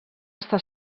està